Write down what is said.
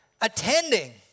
attending